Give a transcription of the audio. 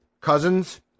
Cousins